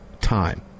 time